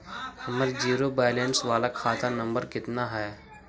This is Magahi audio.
हमर जिरो वैलेनश बाला खाता नम्बर कितना है?